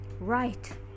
right